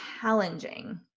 challenging